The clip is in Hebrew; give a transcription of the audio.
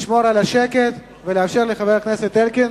לשמור על השקט ולאפשר לחבר הכנסת אלקין